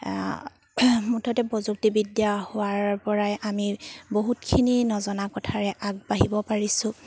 মুঠতে প্ৰযুক্তিবিদ্যা হোৱাৰ পৰাই আমি বহুতখিনি নজনা কথাৰে আগবাঢ়িব পাৰিছোঁ